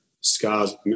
scars